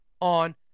on